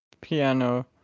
Piano